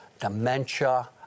dementia